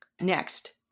Next